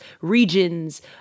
regions